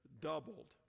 doubled